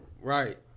Right